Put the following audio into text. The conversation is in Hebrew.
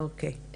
אוקיי.